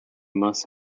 must